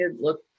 look